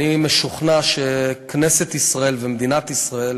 אני משוכנע שכנסת ישראל ומדינת ישראל